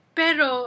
pero